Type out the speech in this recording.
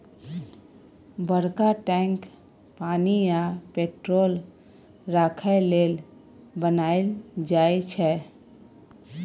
बरका टैंक पानि आ पेट्रोल राखय लेल बनाएल जाई छै